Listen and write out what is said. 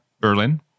Berlin